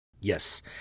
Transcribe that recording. Yes